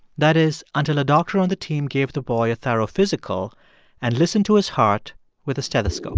that is until a doctor on the team gave the boy a thorough physical and listened to his heart with a stethoscope